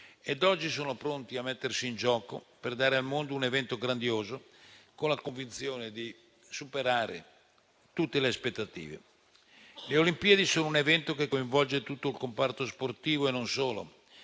ed oggi sono pronti a mettersi in gioco per dare al mondo un evento grandioso, con la convinzione di superare tutte le aspettative. Le Olimpiadi sono un evento che coinvolge tutto il comparto sportivo e non solo,